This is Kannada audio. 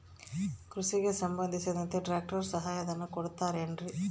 ಕೃಷಿಗೆ ಸಂಬಂಧಿಸಿದಂತೆ ಟ್ರ್ಯಾಕ್ಟರ್ ಸಹಾಯಧನ ಕೊಡುತ್ತಾರೆ ಏನ್ರಿ?